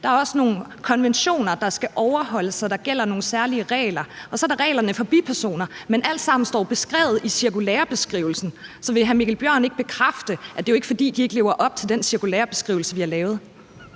Der er også nogle konventioner, der skal overholdes, så der gælder nogle særlige regler, og så er der reglerne for bipersoner. Men alt sammen står jo beskrevet i cirkulæreskrivelsen. Så vil hr. Mikkel Bjørn ikke bekræfte, at det jo ikke er, fordi de ikke lever op til den cirkulæreskrivelse, vi har lavet?